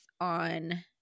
on